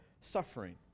suffering